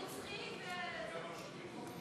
הוא רוצה להחליף את אבו מאזן.